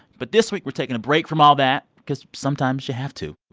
but this week, we're taking a break from all that because, sometimes, you have to.